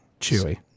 Chewy